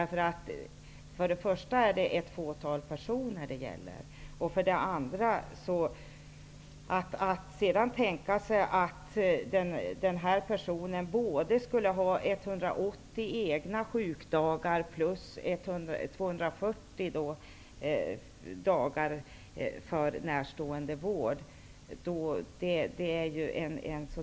För det första gäller detta ett fåtal personer. För det andra är det en utopisk tanke att föreställa sig att en person skulle kunna ha både 180 egna sjukdagar plus 240 dagar för närståendevård.